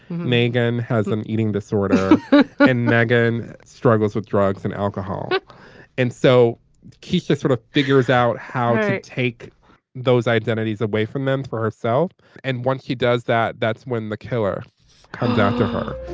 megan has an eating disorder and meghan struggles with drugs and alcohol and so keep the sort of figures out how to take those identities away from them for herself and once she does that that's when the killer comes out to her.